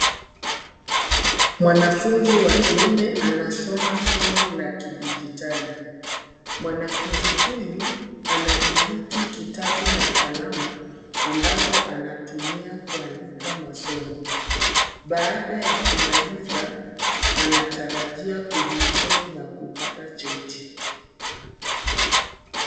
Mwanafunzi wa kiume anasoma somo la kidijitali. Mwanafunzi huyu anamiliki kitabu na kalamu ambazo anatumia kuandika masomo. Baada ya kumaliza, anatarajia kuhitimu na kupata cheti.